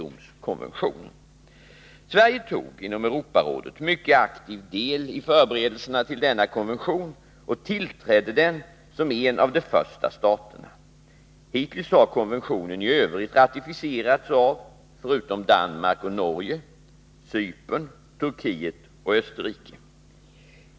Sverige tog inom Europarådet mycket aktiv del i förberedelserna till denna konvention och tillträdde den som en av de första staterna. Hittills har konventionen i övrigt ratificerats av — förutom Danmark och Norge — Cypern, Turkiet och Österrike.